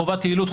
חובת יעילות,